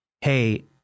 hey